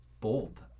bold